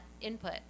input